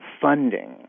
funding